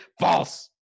false